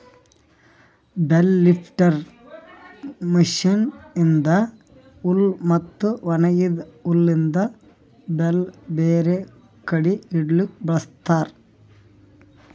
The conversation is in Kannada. ಬೇಲ್ ಲಿಫ್ಟರ್ ಮಷೀನ್ ಇಂದಾ ಹುಲ್ ಮತ್ತ ಒಣಗಿದ ಹುಲ್ಲಿಂದ್ ಬೇಲ್ ಬೇರೆ ಕಡಿ ಇಡಲುಕ್ ಬಳ್ಸತಾರ್